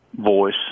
voice